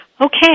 Okay